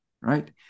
right